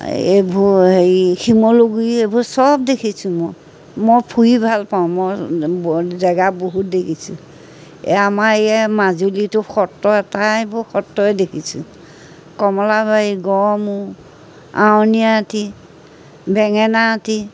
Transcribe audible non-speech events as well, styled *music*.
এইবোৰ হেৰি শিমলগুৰি এইবোৰ চব দেখিছোঁ মই মই ফুৰি ভালপাওঁ মই *unintelligible* জেগা বহুত দেখিছোঁ আমাৰ ইয়াৰ মাজুলীটো সত্ৰ আটাইবোৰ সত্ৰই দেখিছোঁ কমলাবাৰী গড়মূৰ আউনীয়াআটী বেঙেনাআটী